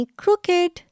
crooked